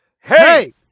Hey